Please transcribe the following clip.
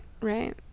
right